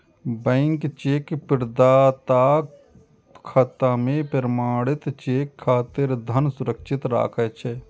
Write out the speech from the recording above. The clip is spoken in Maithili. बैंक चेक प्रदाताक खाता मे प्रमाणित चेक खातिर धन सुरक्षित राखै छै